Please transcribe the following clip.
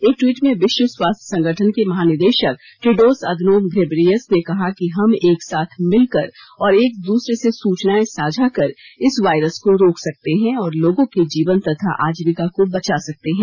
एक ट्वीट में विश्व स्वास्थ्य संगठन के महानिदेशक टेड्रोस अदनोम घेब्रेयेसस ने कहा कि हम एक साथ मिलकर और एक दूसरे से सूचनाये साझा कर इस वायरस को रोक सकते हैं और लोगों के जीवन तथा आजीविका को बचा सकते हैं